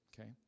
okay